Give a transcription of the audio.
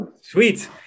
Sweet